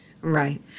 Right